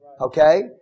Okay